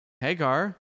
Hagar